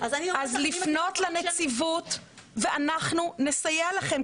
לפנות לנציבות ואנחנו נסייע לכם,